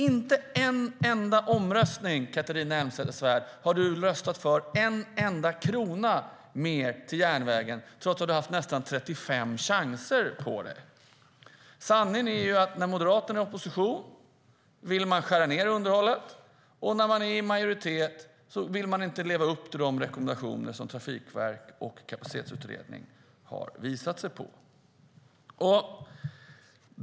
Inte en enda omröstning, Catharina Elmsäter-Svärd, har du röstat för en enda krona mer till järnvägen, trots att du har haft nästan 35 chanser. Sanningen är att när Moderaterna var i opposition ville de skära ned underhållet, och när de är i majoritet vill de inte leva upp till Trafikverkets och Kapacitetsutredningens rekommendationer.